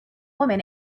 woman